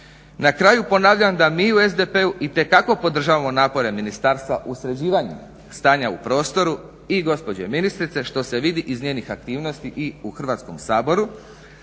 Na kraju, ponavljam da mi u SDP-u itekako podržavamo napore ministarstva u sređivanju stanja u prostoru i gospođe ministrice što se vidi iz njenih aktivnosti i u Hrvatskom saboru.